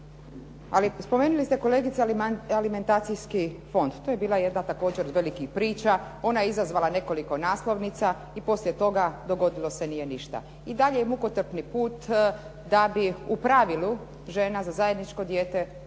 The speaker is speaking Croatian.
Ali spomenuli ste kolegice alimentaciji fond, to je bila jedna također od velikih priča, ona je izazvala nekoliko naslovnica i poslije toga dogodilo se nije ništa. I dalje je mukotrpni put da bi u pravilu žena za zajedničko dijete osigurala